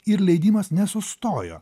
ir leidimas nesustojo